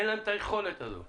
אין להם את היכולת הזאת.